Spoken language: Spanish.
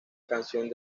canción